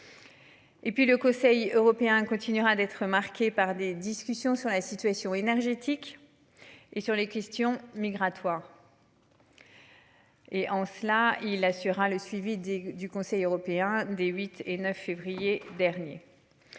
le Conseil européen continuera d'être marquée par des discussions sur la situation énergétique. Et sur les questions migratoires. Et en cela, il assurera le suivi des du Conseil européen des 8 et 9 février dernier.